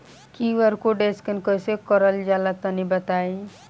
QR code scan कैसे क़रल जला तनि बताई?